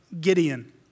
Gideon